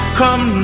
come